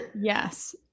Yes